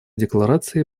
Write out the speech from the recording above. декларации